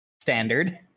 Standard